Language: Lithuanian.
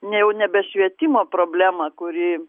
ne jau nebe švietimo problema kuri